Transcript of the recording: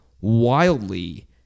Wildly